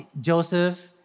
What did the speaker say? Joseph